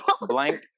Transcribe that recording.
Blank